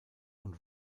und